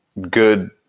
good